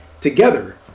Together